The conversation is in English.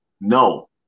No